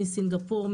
מסינגפור,